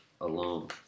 alone